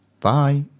Bye